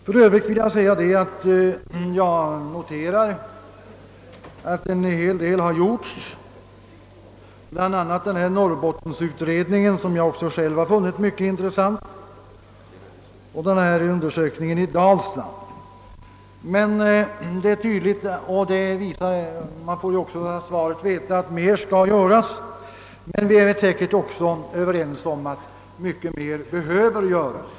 För Övrigt vill jag notera att det gjorts en hel del på detta område, bland annat genom Norrbottensutredningen, som också jag funnit vara mycket intressant, och genom undersökningen i Dalsland. Vi får av svaret veta, att mer skall göras. Vi är säkert också överens om att mycket mer behöver göras.